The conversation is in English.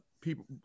people